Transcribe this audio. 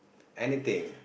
anything